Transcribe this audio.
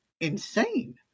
insane